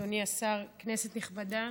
אדוני השר, כנסת נכבדה,